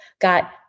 got